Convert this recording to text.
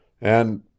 and—